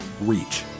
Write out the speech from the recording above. reach